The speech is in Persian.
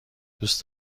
دوست